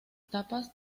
tapas